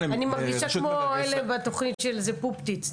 אני מרגישה כמו אלה בתוכנית של זפופטיט,